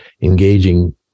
engaging